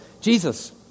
Jesus